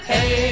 Hey